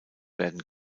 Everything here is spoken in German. werden